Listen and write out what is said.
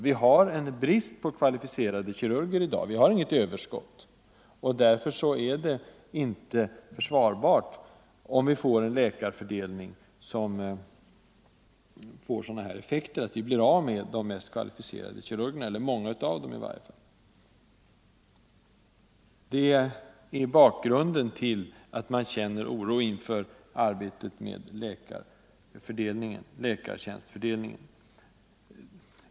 Vi har brist på kvalificerade kirurger i dag. Därför är det inte försvarbart med en läkarfördelning som har sådana effekter att vi blir av med flera av de mest kvalificerade kirurgerna. Det är bakgrunden till att man känner oro inför arbetet med läkartjänstfördelningen.